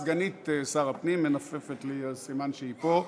סגנית שר הפנים מנופפת לי, אז סימן שהיא פה.